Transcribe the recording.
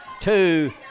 two